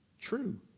true